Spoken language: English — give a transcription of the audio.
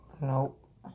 Nope